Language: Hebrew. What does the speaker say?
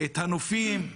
את הנופים,